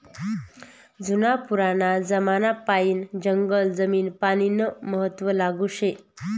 जुना पुराना जमानापायीन जंगल जमीन पानीनं महत्व लागू शे